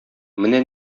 менә